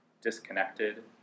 Disconnected